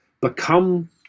become